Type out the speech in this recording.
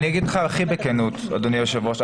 אני אגיד לך הכי בכנות, אדוני היושב-ראש.